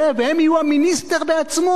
והם יהיו המיניסטר בעצמו.